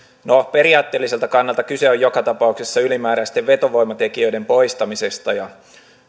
periaatteelliselta kannalta kyse on joka tapauksessa ylimääräisten vetovoimatekijöiden poistamisesta ja